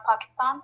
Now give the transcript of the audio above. Pakistan